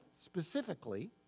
specifically